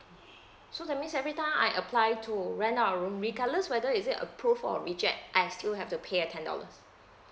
so that means every time I apply to rent out a room regardless whether is it approve or reject I still have to pay a ten dollars